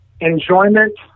enjoyment